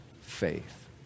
faith